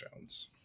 Jones